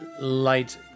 light